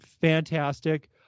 fantastic